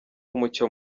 umucyo